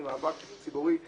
זה מאבק ציבורי צודק,